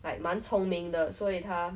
like 蛮聪明的所以他